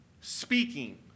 speaking